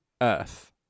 Earth